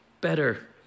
better